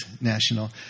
national